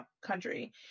country